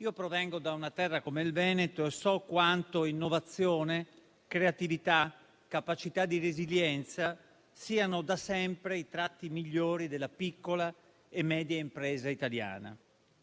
Io provengo da una terra come il Veneto e so quanto innovazione, creatività e capacità di resilienza siano da sempre i tratti migliori della piccola e media impresa italiana.